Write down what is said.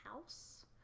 house